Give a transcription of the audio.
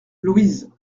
louise